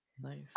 nice